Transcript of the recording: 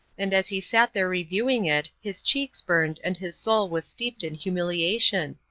and as he sat there reviewing it his cheeks burned and his soul was steeped in humiliation.